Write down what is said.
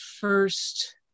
first